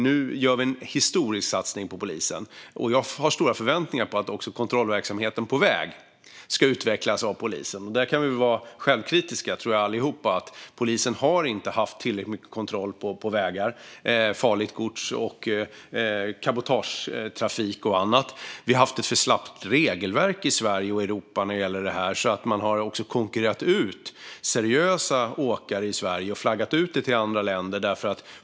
Nu gör vi en historisk satsning på polisen. Jag har stora förväntningar på att även kontrollverksamheten på väg ska utvecklas av polisen. Där kan vi vara självkritiska allihop, tror jag. Polisen har inte haft tillräckligt mycket kontroll på vägar av farligt gods, cabotagetrafik och annat. Vi har haft ett för slappt regelverk i Sverige och Europa. Man har konkurrerat ut seriösa åkare i Sverige och flaggat ut till andra länder.